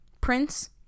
prince